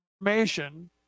information